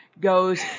goes